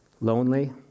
Lonely